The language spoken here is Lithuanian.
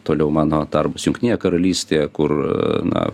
toliau mano darbas jungtinėje karalystėje kur na